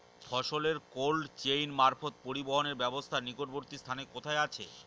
ফসলের cold chain মারফত পরিবহনের ব্যাবস্থা নিকটবর্তী স্থানে কোথায় আছে?